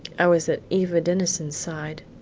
i was at eva denison's side.